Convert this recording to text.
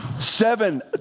Seven